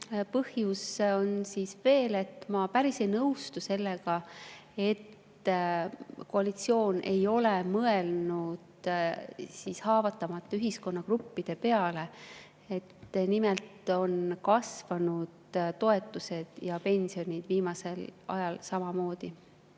[asi] on veel: ma päris ei nõustu sellega, et koalitsioon ei ole mõelnud haavatavate ühiskonnagruppide peale. Nimelt on kasvanud toetused ja pensionid viimasel ajal.